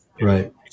Right